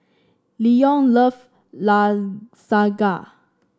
Leon love Lasagna